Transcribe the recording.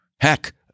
Heck